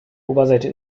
oberseite